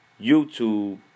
YouTube